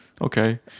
okay